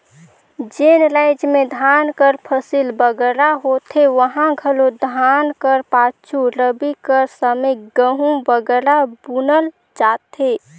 जेन राएज में धान कर फसिल बगरा होथे उहां घलो धान कर पाछू रबी कर समे गहूँ बगरा बुनल जाथे